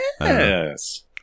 Yes